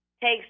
takes